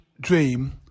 dream